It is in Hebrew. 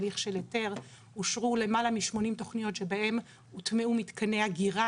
בהליך של היתר אושרו למעלה מ-80 תכניות שבהן הוטמעו מתקני אגירה,